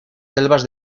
selvas